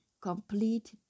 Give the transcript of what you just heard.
Complete